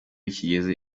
kigeze